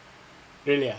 really ah